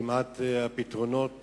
והפתרונות